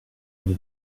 into